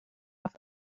off